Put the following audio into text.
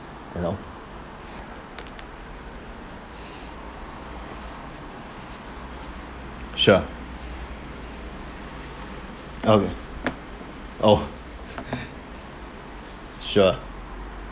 you know sure okay oh sure